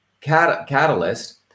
catalyst